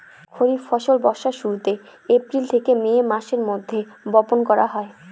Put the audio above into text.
খরিফ ফসল বর্ষার শুরুতে, এপ্রিল থেকে মে মাসের মধ্যে, বপন করা হয়